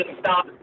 stop